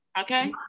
Okay